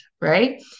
Right